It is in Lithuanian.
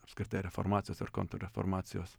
apskritai reformacijos ir kontrreformacijos